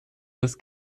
das